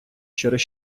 через